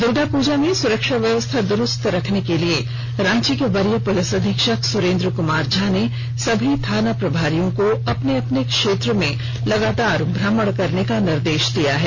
दुर्गा पूजा में सुरक्षा व्यवस्था दुरुस्त करने के लिए रांची के वरीय पुलिस अधीक्षक सुरेंद्र कुमार झा ने सभी थाना प्रभारियों को अपने अपने क्षेत्र में लगातार भ्रमण करने का निर्देश दिया है